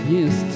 Yes